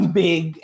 big